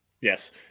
Yes